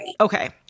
Okay